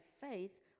faith